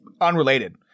unrelated